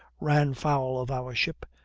ran foul of our ship,